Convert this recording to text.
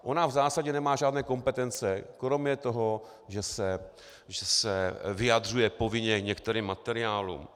Ona v zásadě nemá žádné kompetence kromě toho, že se vyjadřuje povinně k některým materiálům.